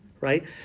right